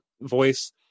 voice